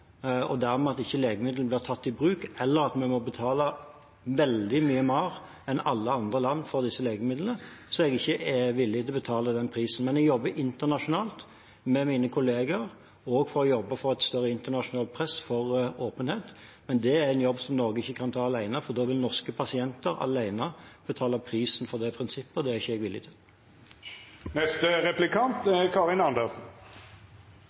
og dermed at legemiddel ikke blir tatt i bruk, eller at vi må betale veldig mye mer enn alle andre land for disse legemidlene, er jeg ikke villig til å betale den prisen. Jeg jobber internasjonalt med mine kolleger for å jobbe for et større internasjonalt press for åpenhet, men det er en jobb som Norge ikke kan ta alene, for da vil norske pasienter alene betale prisen for det prinsippet. Det er jeg ikke villig